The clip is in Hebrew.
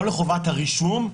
לא לחובת הרישום,